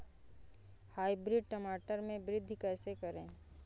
Hybrid टमाटर में वृद्धि कैसे करें?